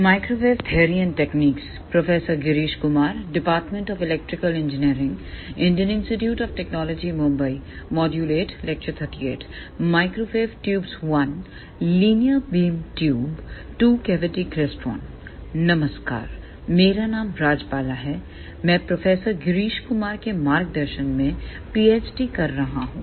microwave tube I linear beam tube two cavity klystron नमस्कार मेरा नाम राजबाला है मैं प्रोफेसर गिरीश कुमार के मार्गदर्शन में PhD कर रहा हूं